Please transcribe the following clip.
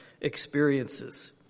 experiences